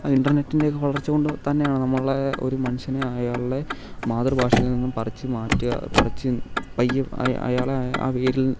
ആ ഇൻറ്റർനെറ്റിൻറ്റെയൊക്കെ വളർച്ച കൊണ്ട് തന്നെയാണ് നമ്മളുടെ ഒരു മനുഷ്യന് അയാളുടെ മാതൃഭാഷയിൽ നിന്ന് പറിച്ച് മാറ്റുക പറിച്ച് പതിയെ അയാളെ ആ വേരിൽ